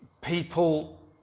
people